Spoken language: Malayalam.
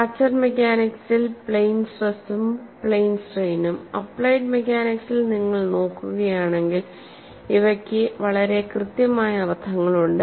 ഫ്രാക്ചർ മെക്കാനിക്സിൽ പ്ലെയിൻ സ്ട്രെസും പ്ലെയിൻ സ്ട്രെയിനും അപ്പ്ളൈഡ് മെക്കാനിക്സിൽ നിങ്ങൾ നോക്കുകയാണെങ്കിൽ ഇവയ്ക്ക് വളരെ കൃത്യമായ അർത്ഥങ്ങളുണ്ട്